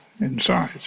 inside